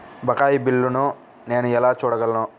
బకాయి బిల్లును నేను ఎలా చూడగలను?